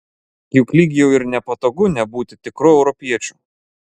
juk lyg jau ir nepatogu nebūti tikru europiečiu